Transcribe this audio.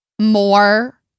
more